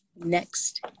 Next